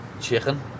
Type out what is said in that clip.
chicken